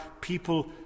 people